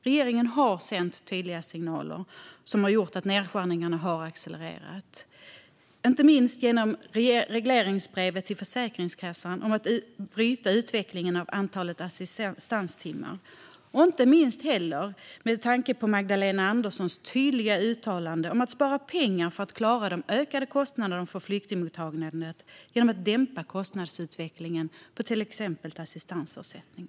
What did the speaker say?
Regeringen har sänt tydliga signaler som har gjort att nedskärningarna har accelererat. Det handlar inte minst om regleringsbrevet till Försäkringskassan om att bryta utvecklingen när det gäller antalet assistanstimmar. Det handlar också om Magdalena Anderssons tydliga uttalande om att spara pengar för att klara de ökade kostnaderna för flyktingmottagandet genom att dämpa kostnadsutvecklingen för till exempel assistansersättningen.